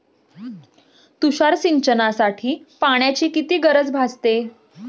तुषार सिंचनासाठी पाण्याची किती गरज भासते?